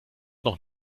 noch